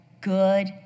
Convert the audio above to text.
good